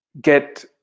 get